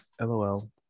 lol